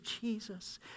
Jesus